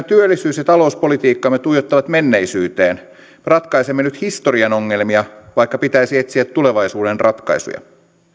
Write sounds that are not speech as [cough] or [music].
[unintelligible] työllisyys ja talouspolitiikkamme tuijottavat menneisyyteen ratkaisemme nyt historian ongelmia vaikka pitäisi etsiä tulevaisuuden ratkaisuja ei